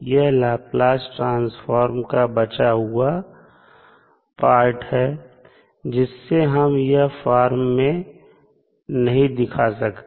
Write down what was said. यह Laplace transform का बचा हुआ पार्ट है जिसे हम इस फॉर्म में नहीं दिखा सकते